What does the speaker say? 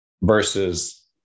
versus